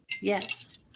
Yes